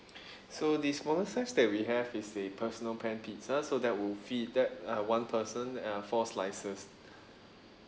so the smaller size that we have is a personal pan pizza so that will feed that uh one person uh four slices